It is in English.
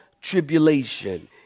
tribulation